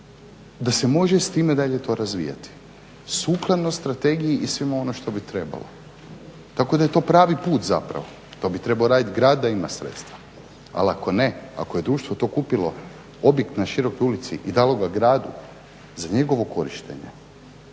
da se može s time dalje to razvijati sukladno strategiji i svime onime što bi trebalo tako da je to pravi put zapravo. To bi trebao raditi grad da ima sredstva ali ako ne, ako je društvo to kupili objekt na širokoj ulici i dalo ga gradu za njegovo korištenje